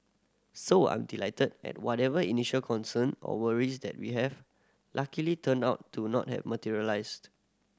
so I'm delighted and whatever initial concern or worries that we have luckily turned out to not have materialised